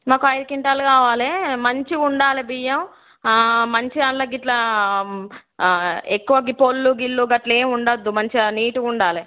మాకు ఐదు క్వింటాల్ కావాలి మంచిగా ఉండాలి బియ్యం మంచిగా అందులో గిట్లా ఎక్కువ పొల్లు గిల్లు ఇట్లా ఏమి ఉండద్దు మంచిగా నీటుగా ఉండాలి